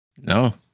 No